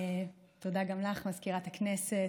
תודה גם לך, מזכירת הכנסת.